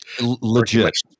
Legit